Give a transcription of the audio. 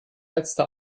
letzte